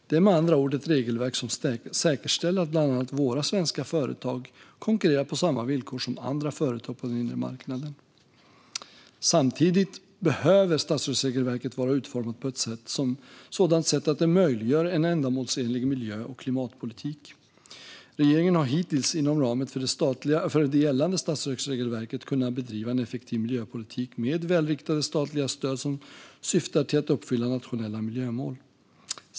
Det är med andra ord ett regelverk som bland annat säkerställer att våra svenska företag konkurrerar på samma villkor som andra företag på den inre marknaden. Samtidigt behöver statsstödsregelverket vara utformat på ett sådant sätt att det möjliggör en ändamålsenlig miljö och klimatpolitik. Regeringen har hittills, inom ramen för det gällande statsstödsregelverket, kunnat bedriva en effektiv miljöpolitik med välriktade statliga stöd som syftar till att uppfylla nationella miljömål.